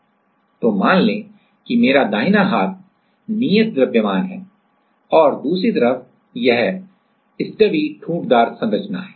तो मान लें कि मेरा दाहिना हाथ नियत द्रव्यमान प्रूफ मास proof mass है और दूसरी तरफ यह स्टबी ठूंठदार संरचना है